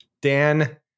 Dan